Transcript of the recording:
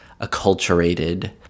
acculturated